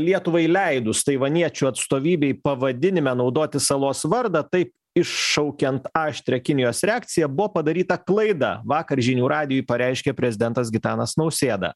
lietuvai leidus taivaniečių atstovybei pavadinime naudoti salos vardą tai iššaukiant aštrią kinijos reakciją buvo padaryta klaida vakar žinių radijui pareiškė prezidentas gitanas nausėda